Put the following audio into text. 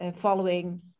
following